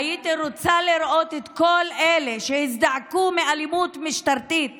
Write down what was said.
והייתי רוצה לראות את כל אלה שהזדעקו מאלימות משטרתית